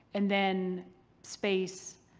and then space,